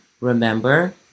remember